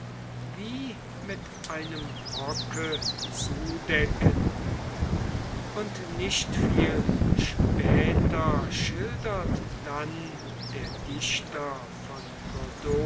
wie mit einem rocke zudecken und nicht viel später schildert dann der dichter von